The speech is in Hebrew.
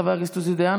חבר הכנסת עוזי דיין,